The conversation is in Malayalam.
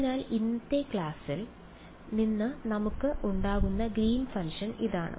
അതിനാൽ ഇന്നലെ ക്ലാസ്സിൽ നിന്ന് നമുക്ക് ഉണ്ടായിരുന്ന ഗ്രീൻ ഫംഗ്ഷൻ ഇതാണ്